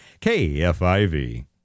KFIV